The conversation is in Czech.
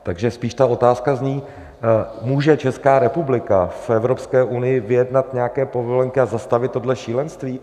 Takže spíš ta otázka zní: Může Česká republika v Evropské unii vyjednat nějaké povolenky a zastavit tohle šílenství?